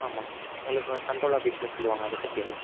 ஆமாம் உங்களுக்கு கன்ட்ரோல் ஆஃபீஸில் சொல்லுவாங்க அதை பற்றி எல்லாம்